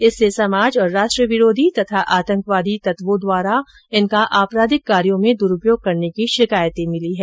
इससे समाज और राष्ट्र विरोधी तथा आंतकवादियों तत्वों द्वारा इनका आपराधिक कार्यों में द्रुपयोग करने की शिकायतें मिली हैं